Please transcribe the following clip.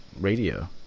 radio